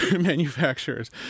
manufacturers